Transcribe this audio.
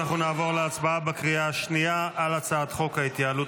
אנחנו נעבור להצבעה בקריאה השנייה על הצעת חוק ההתייעלות